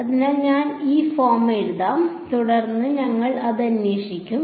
അതിനാൽ ഞാൻ ഫോം എഴുതാം തുടർന്ന് ഞങ്ങൾ അത് അന്വേഷിക്കും